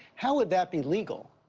how would that be legal?